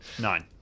nine